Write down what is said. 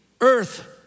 earth